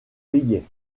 riait